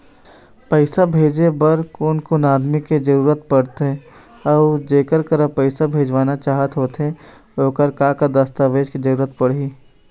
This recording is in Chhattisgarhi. पैसा भेजे बार कोन कोन आदमी के जरूरत पड़ते अऊ जेकर करा पैसा भेजवाना चाहत होथे ओकर का का दस्तावेज के जरूरत पड़ही?